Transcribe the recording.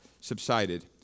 subsided